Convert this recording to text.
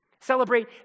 Celebrate